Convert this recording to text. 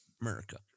America